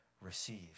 receive